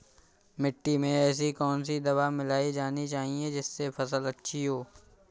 मिट्टी में ऐसी कौन सी दवा मिलाई जानी चाहिए जिससे फसल अच्छी हो?